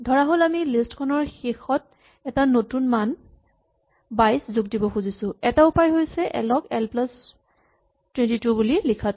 ধৰাহ'ল আমি লিষ্ট খনৰ শেষত এটা নতুন মান ২২ যোগ দিব খুজিছো এটা উপায় হৈছে এল ক এল প্লাচ ২২ বুলি লিখাটো